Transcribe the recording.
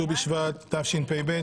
ט"ו בשבט התשפ"ב,